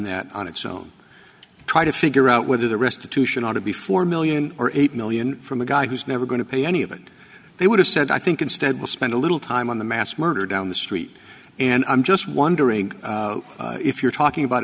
that on its own trying to figure out whether the restitution ought to be four million or eight million from a guy who's never going to pay any of it they would have said i think instead we spent a little time on the mass murder down the street and i'm just wondering if you're talking about